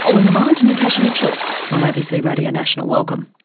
all in the mind, natasha mitchell on abc radio national. welcome.